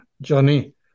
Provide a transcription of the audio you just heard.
Johnny